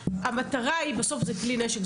שהמטרה היא בסוף זה כלי נשק,